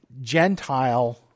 Gentile